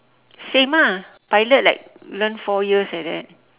same ah pilot like learn four years like that